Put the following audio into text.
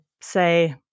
say